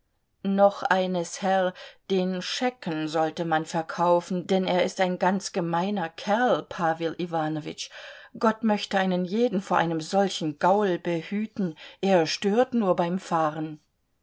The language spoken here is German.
noch eines herr den schecken sollte man verkaufen denn er ist ein ganz gemeiner kerl pawel iwanowitsch gott möchte einen jeden vor einem solchen gaul behüten er stört nur beim fahren